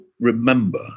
remember